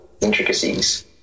intricacies